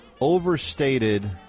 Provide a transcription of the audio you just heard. overstated